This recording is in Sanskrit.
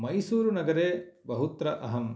मैसूरुनगरे बहुत्र अहम्